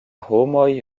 homoj